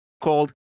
called